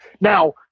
Now